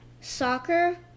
soccer